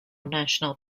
national